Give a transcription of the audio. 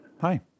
Hi